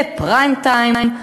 בפריים-טיים,